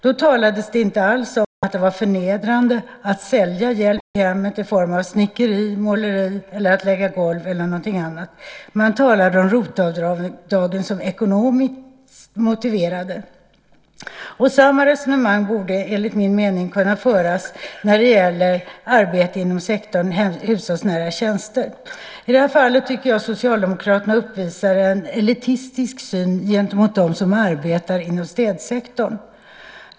Då talades det inte alls om att det var förnedrande att sälja hjälp i hemmet i form av snickeri, måleri, att lägga golv eller någonting annat. Man talade om ROT-avdragen som ekonomiskt motiverade. Samma resonemang borde enligt min mening kunna föras när det gäller arbete inom sektorn hushållsnära tjänster. I det här fallet tycker jag att Socialdemokraterna uppvisar en elitistisk syn gentemot dem som arbetar inom städsektorn.